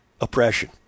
oppression